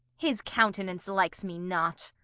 his countenance likes me not.